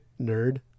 Nerd